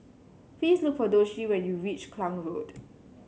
please look for Doshie when you reach Klang Road